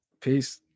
Peace